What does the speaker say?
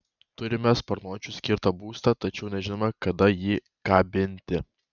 turime sparnuočiui skirtą būstą tačiau nežinome kada jį kabinti